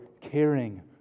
caring